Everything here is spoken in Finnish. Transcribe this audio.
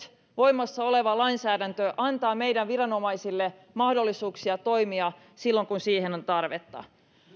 voimassa oleva lainsäädäntö antaa meidän viranomaisille mahdollisuuksia toimia silloin kun siihen on tarvetta